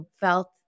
felt